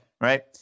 right